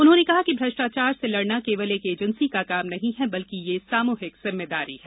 उन्होंने कहा कि भ्रष्टाचार से लडना केवल एक एजेंसी का काम नहीं है बल्कि यह सामूहिक जिम्मेदारी है